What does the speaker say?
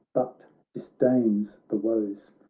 but disdains the woes.